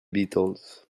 beatles